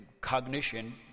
cognition